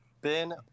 Ben